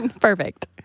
Perfect